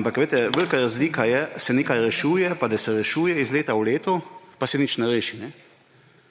ampak veste, velika razlika je, ali se nekaj rešuje ali pa da se rešuje iz leta v leto, pa se nič ne reši. Jaz